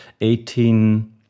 eighteen